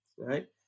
Right